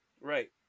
right